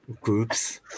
groups